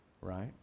right